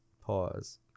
Pause